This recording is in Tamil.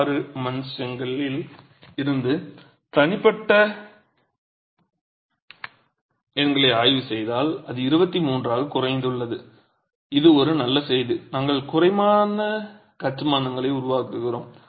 6 மண் செங்கலில் இருந்து தனிப்பட்ட எண்களை ஆய்வு செய்தால் அது 23 ஆக குறைந்துள்ளது இது ஒரு நல்ல செய்தி நாங்கள் குறைவான கட்டுமானங்களை உருவாக்குகிறோம்